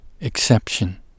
exception